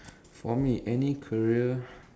for me any career